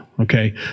Okay